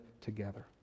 together